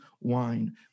wine